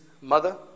mother